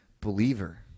Believer